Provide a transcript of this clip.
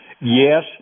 Yes